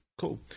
Cool